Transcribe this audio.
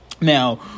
Now